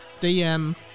DM